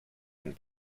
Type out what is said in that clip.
een